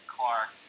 Clark